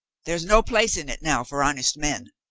there's no place in it now for honest men.